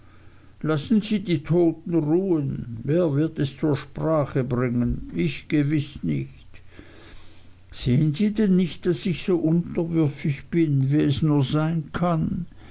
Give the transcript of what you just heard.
lassen sie die toten ruhen wer wird es zur sprache bringen ich gewiß nicht sehen sie denn nicht daß ich so unterwürfig bin wie es nur sein kann